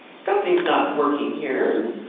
something's not working here.